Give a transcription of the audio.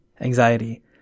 anxiety